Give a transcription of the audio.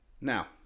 Now